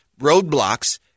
roadblocks